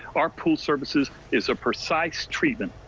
our pool surfaces is a precise treatment.